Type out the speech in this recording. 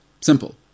Simple